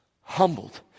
humbled